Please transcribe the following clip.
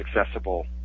accessible